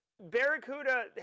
Barracuda